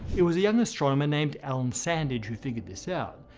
it was a young astronomer named alan sandage who figured this out.